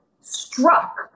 struck